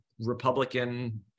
Republican